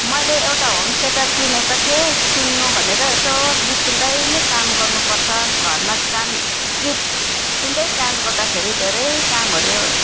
मैले एउटा home theatre किनेको थिएँ सुन्नु भनेर यसो गीत सुन्दै नै काम गर्नु पर्छ घरमा काम गीत सुन्दै काम गर्दाखेरि धेरै कामहरू